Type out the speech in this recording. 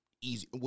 easy